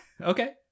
Okay